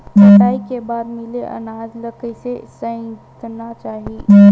कटाई के बाद मिले अनाज ला कइसे संइतना चाही?